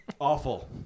Awful